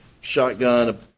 shotgun